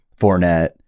Fournette